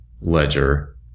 ledger